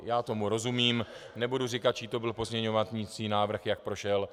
Já tomu rozumím, nebudu říkat, čí to byl pozměňovací návrh, jak prošel.